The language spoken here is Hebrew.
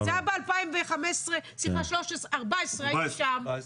זה היה ב-2014, הייתי שם,